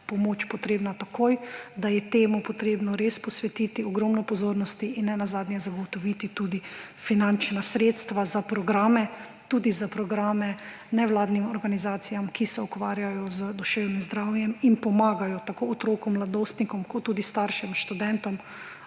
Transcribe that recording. pomoč potrebna takoj, da je temu potrebno res posvetiti ogromno pozornosti in nenazadnje zagotoviti tudi finančna sredstva za programe; tudi za programe nevladnim organizacijam, ki se ukvarjajo z duševnim zdravjem in pomagajo tako otrokom, mladostnikom kot tudi staršem, študentom